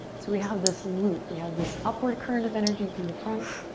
we have this loop. we have this upward current of energy through the front.